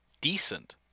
decent